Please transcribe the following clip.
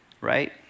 right